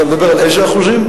אתה מדבר על איזה אחוזים?